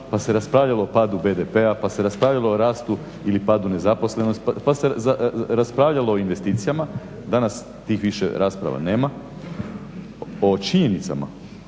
Pa se raspravljalo o padu BDP-a, pa se raspravljalo o rasu ili padu nezaposlenosti, pa se raspravljalo o investicijama. Danas tih više rasprava nema. O činjenicama,